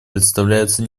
представляются